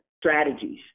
strategies